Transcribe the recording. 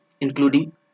including